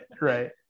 right